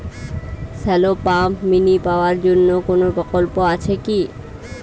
Shallow pump mini power জন্য কোনো প্রকল্প আছে কি?